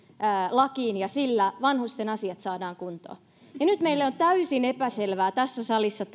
lakiin ja sillä vanhusten asiat saadaan kuntoon ja nyt meille on täysin epäselvää täällä tässä salissa